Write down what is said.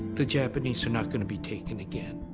the japanese, are not gonna be taken again.